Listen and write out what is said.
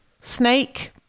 Snake